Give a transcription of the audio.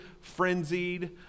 frenzied